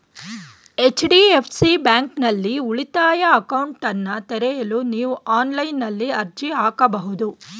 HDFC ಬ್ಯಾಂಕ್ನಲ್ಲಿ ಉಳಿತಾಯ ಅಕೌಂಟ್ನನ್ನ ತೆರೆಯಲು ನೀವು ಆನ್ಲೈನ್ನಲ್ಲಿ ಅರ್ಜಿ ಹಾಕಬಹುದು